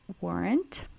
warrant